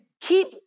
Keep